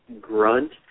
Grunt